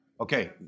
Okay